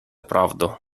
правду